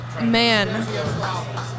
man